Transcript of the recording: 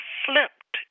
flipped